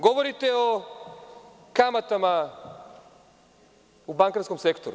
Govorite o kamatama u bankarskom sistemu.